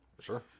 Sure